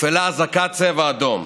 הופעלה אזעקת צבע אדום.